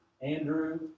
Andrew